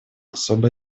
особое